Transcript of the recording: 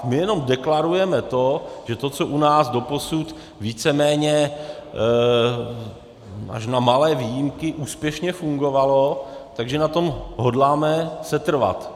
My jenom deklarujeme to, že to, co u nás doposud víceméně až na malé výjimky úspěšně fungovalo, tak že na tom hodláme setrvat.